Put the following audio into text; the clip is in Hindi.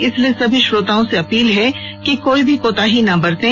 इसलिए सभी श्रोताओं से अपील है कि कोई भी कोताही ना बरतें